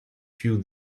few